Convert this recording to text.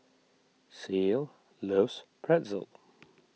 Ceil loves Pretzel